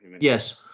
yes